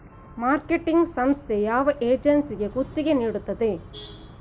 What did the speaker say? Marketing ಸಂಸ್ಥೆ ಯಾವ ಏಜೆನ್ಸಿಗೆ ಗುತ್ತಿಗೆ ನೀಡುತ್ತದೆ?